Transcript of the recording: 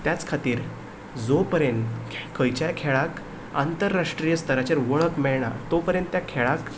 त्याच खातीर जो पर्यंत खंयच्याय खेळाक आंतरराष्ट्रीय स्तराचेर वळख मेळना तो पर्यंत त्या खेळाक